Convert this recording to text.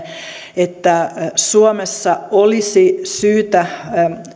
että suomessa olisi syytä